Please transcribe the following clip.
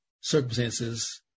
circumstances